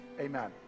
Amen